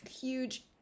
huge